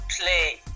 play